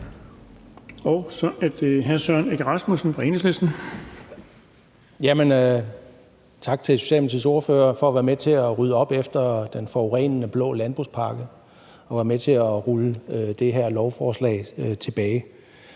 Så er det hr. Søren Egge Rasmussen fra Enhedslisten. Kl. 14:08 Søren Egge Rasmussen (EL): Tak til Socialdemokratiets ordfører for at være med til at rydde op efter den forurenende blå landbrugspakke og være med til at rulle det her lovforslag tilbage.